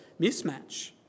mismatch